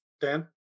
Dan